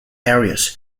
areas